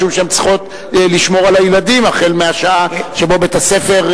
משום שהן צריכות לשמור על הילדים החל מהשעה שבה בית-הספר,